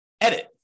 edit